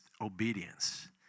obedience